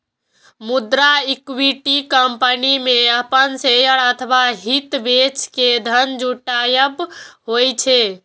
मुदा equity company मे अपन शेयर अथवा हित बेच के धन जुटायब होइ छै